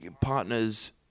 partner's